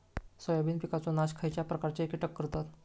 Soybean पिकांचो नाश खयच्या प्रकारचे कीटक करतत?